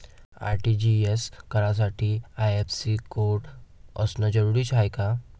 RTGS करासाठी IFSC code असनं जरुरीच हाय का?